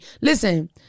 Listen